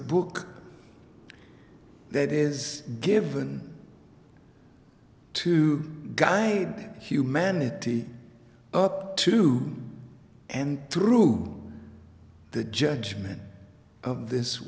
book that is given to guy humanity up to and through the judgment of this